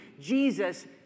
Jesus